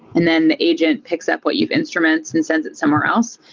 and then agent picks up what you've instruments and sends it somewhere else.